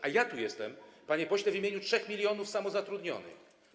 A ja tu jestem, panie pośle, w imieniu 3 mln samozatrudnionych.